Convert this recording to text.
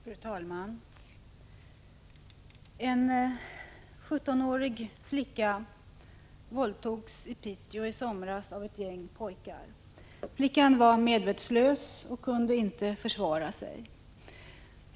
Fru talman! En 17-årig flicka våldtogs i Piteå i somras av ett gäng pojkar. Flickan var medvetslös och kunde inte försvara sig.